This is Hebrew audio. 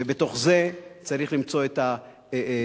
ובתוך זה צריך למצוא את החרדים,